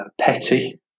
petty